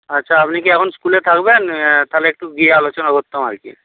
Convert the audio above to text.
আচ্ছা আপনি কি এখন স্কুলে থাকবেন তাহলে একটু গিয়ে আলোচনা করতাম আর কি